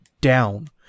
down